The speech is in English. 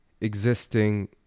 existing